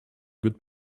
good